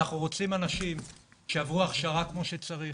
אנחנו רוצים אנשים שעברו הכשרה כמו שצריך,